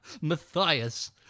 Matthias